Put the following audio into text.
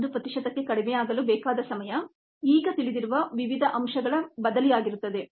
1 ಪ್ರತಿಶತಕ್ಕೆ ಕಡಿಮೆಯಾಗಲು ಬೇಕಾದ ಸಮಯ ಈಗ ತಿಳಿದಿರುವ ವಿವಿಧ ಅಂಶಗಳನ್ನು ಈ ಸಮೀಕರಣಕ್ಕೆ ಸಬ್ಸ್ಟಿಟ್ಯೂಷನ್ ಮಾಡುವುದಾಗಿದೆ2